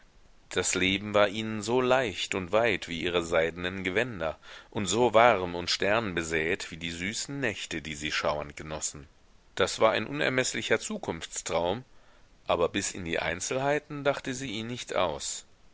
das leben war ihnen so leicht und weit wie ihre seidenen gewänder und so warm und sternbesät wie die süßen nächte die sie schauernd genossen das war ein unermeßlicher zukunftstraum aber bis in die einzelheiten dachte sie ihn nicht aus